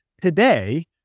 today